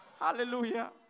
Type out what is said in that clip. Hallelujah